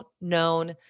known